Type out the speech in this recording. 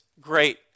great